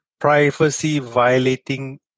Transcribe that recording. privacy-violating